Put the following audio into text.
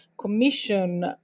commission